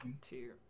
two